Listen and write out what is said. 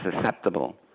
susceptible